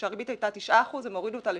הריבית הייתה 9%, הם הורידו אותה ל-6%,